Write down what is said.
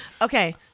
Okay